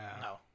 no